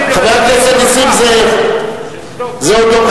זה סדום.